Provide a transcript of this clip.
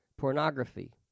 pornography